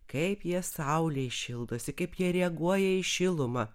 kaip jie saulėj šildosi kaip jie reaguoja į šilumą